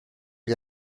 gli